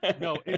no